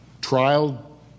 trial